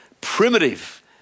primitive